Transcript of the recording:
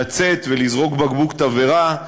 לצאת ולזרוק בקבוק תבערה,